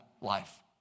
Life